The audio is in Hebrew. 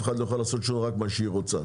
אחד לא יוכל לעשות שם רק מה שהיא רוצה.